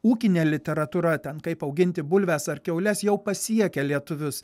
ūkinė literatūra ten kaip auginti bulves ar kiaules jau pasiekė lietuvius